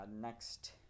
next